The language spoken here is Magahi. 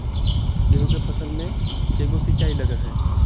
गेहूं के फसल मे के गो सिंचाई लग हय?